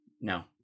no